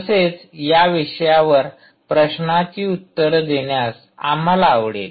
तसेच या विषयावर प्रश्नांची उत्तर देण्यास आम्हाला आवडेल